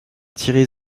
thierry